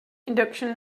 induction